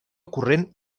corrent